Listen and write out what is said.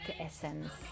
essence